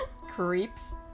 Creeps